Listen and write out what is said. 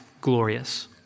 glorious